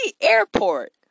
Airport